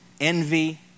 envy